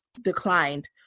declined